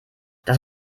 das